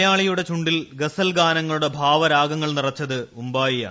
മലയാളിയുടെ ചുണ്ടിൽ ഗസൽഗാനങ്ങളുടെ ഭാവരാഗങ്ങൾ നിറച്ചത് ഉമ്പായിയാണ്